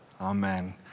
amen